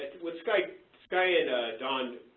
what sky like sky and don